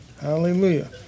Hallelujah